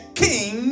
king